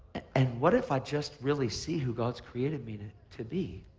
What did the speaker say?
and what if i just really see who god's created me to to be?